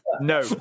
no